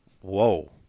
Whoa